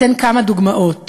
אתן כמה דוגמאות